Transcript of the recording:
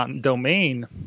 domain